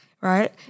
right